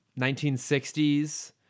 1960s